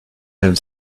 have